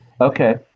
Okay